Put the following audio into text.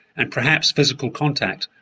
and perhaps physical contact,